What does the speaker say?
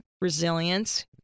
Resilience